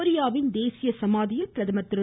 கொரியாவின் தேசிய சமாதியில் பிரதமர் திரு